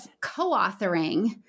co-authoring